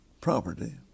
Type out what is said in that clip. property